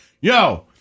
Yo